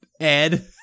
Ed